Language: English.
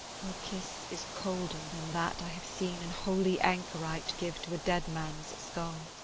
your kiss is colder than that i have seen an holy anchorite give to a dead man's skull.